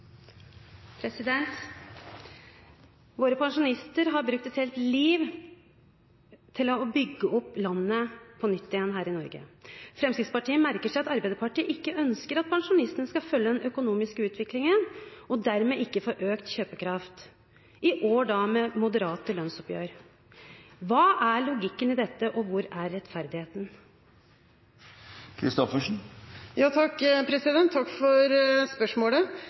replikkordskifte. Våre pensjonister har brukt et helt liv på å bygge opp Norge på nytt. Fremskrittspartiet merker seg at Arbeiderpartiet ikke ønsker at pensjonistene skal følge den økonomiske utviklingen, og dermed ikke få økt kjøpekraft i år med moderate lønnsoppgjør. Hva er logikken i dette, og hvor er rettferdigheten? Takk for spørsmålet.